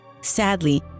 Sadly